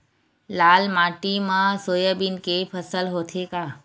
लाल माटी मा सोयाबीन के फसल होथे का?